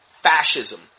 fascism